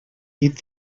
llit